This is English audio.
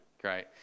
great